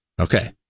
Okay